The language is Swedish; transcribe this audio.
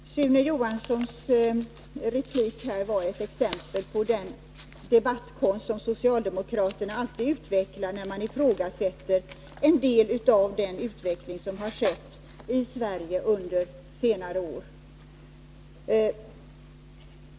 Herr talman! Sune Johanssons replik var ett exempel på den debattkonst som socialdemokraterna alltid utvecklar när någon ifrågasätter en del av den utveckling som har skett i Sverige under senare år.